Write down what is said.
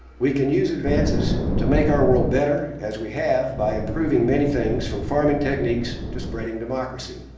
we can use advances to make our world better, as we have by improving many things, from farming techniques to spreading democracy.